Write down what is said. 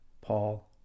Paul